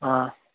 آ